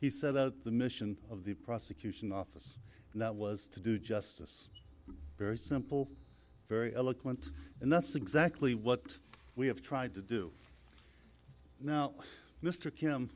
that the mission of the prosecution office that was to do justice very simple very eloquent and that's exactly what we have tried to do now mr kim